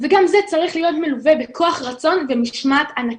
וגם זה צריך להיות מלווה בכוח רצון ומשמעת ענקית.